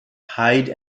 hyde